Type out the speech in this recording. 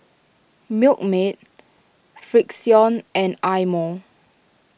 Milkmaid Frixion and Eye Mo